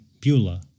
Beulah